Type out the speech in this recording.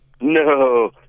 No